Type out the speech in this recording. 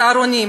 צהרונים,